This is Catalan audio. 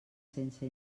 sense